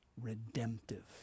redemptive